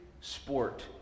sport